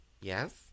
Yes